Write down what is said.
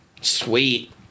Sweet